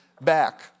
back